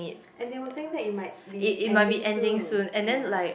and they were saying that it might be ending soon ya